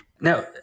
Now